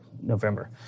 November